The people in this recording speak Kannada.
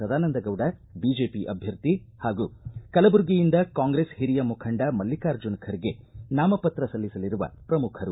ಸದಾನಂದ ಗೌಡ ಬಿಜೆಪಿ ಅಭ್ವರ್ಥಿ ಹಾಗೂ ಕಲಬುರಗಿಯಿಂದ ಕಾಂಗ್ರೆಸ್ ಹಿರಿಯ ಮುಖಂಡ ಮಲ್ಲಿಕಾರ್ಜುನ ಖರ್ಗೆ ನಾಮಪತ್ರ ಸಲ್ಲಿಸಲಿರುವ ಪ್ರಮುಖರು